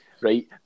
right